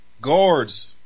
guards